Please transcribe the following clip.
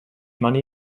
money